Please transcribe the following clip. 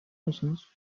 musunuz